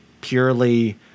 purely